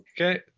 Okay